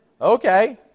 Okay